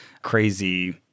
Crazy